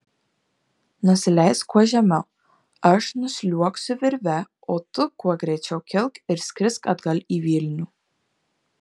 nusileisk kuo žemiau aš nusliuogsiu virve o tu kuo greičiau kilk ir skrisk atgal į vilnių